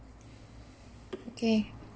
okay